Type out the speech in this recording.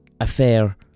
affair